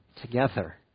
together